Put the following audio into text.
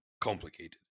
complicated